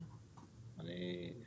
בבקשה.